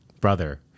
brother